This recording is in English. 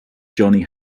johnny